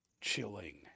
chilling